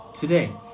today